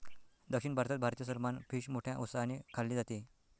दक्षिण भारतात भारतीय सलमान फिश मोठ्या उत्साहाने खाल्ले जाते